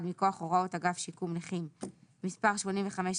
מכוח הוראת אגף שיקום נכים מספר 85.01,